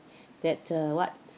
that uh what